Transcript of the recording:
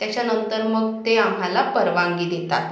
त्याच्यानंतर मग ते आम्हाला परवानगी देतात